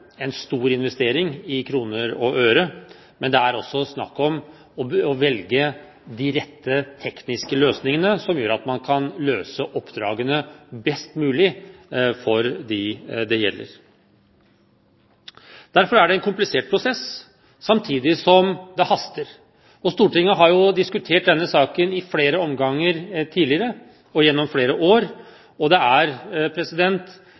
en stor investering i kroner og øre, men det er også snakk om å velge de rette tekniske løsningene som gjør at man kan løse oppdragene best mulig for dem det gjelder. Derfor er dette en komplisert prosess, samtidig som det haster. Og Stortinget har jo diskutert denne saken i flere omganger tidligere og gjennom flere